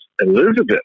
Elizabeth